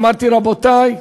אמרתי: רבותי,